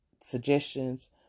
suggestions